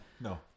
no